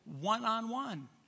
one-on-one